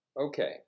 Okay